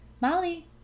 molly